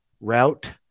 route